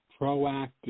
proactive